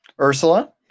Ursula